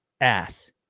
ass